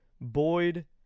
Boyd